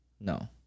No